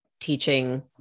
teaching